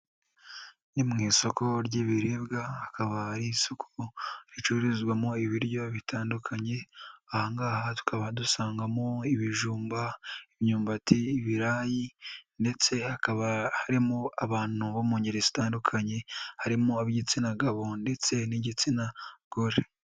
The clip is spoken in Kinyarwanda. Ni mu isoko ry'ibiribwa hakaba ari isoko ricururizwamo ibiryo bitandukanye, aha ngaha tukaba dusangamo ibijumba, imyumbati, ibirayi ndetse hakaba harimo abantu bo mu ngeri zitandukanye, harimo ab'igitsina gabo ndetse n'igitsina gore.